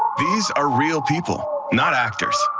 these are real people, not actors,